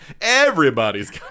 Everybody's